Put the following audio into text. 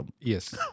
Yes